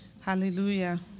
Hallelujah